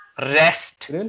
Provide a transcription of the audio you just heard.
rest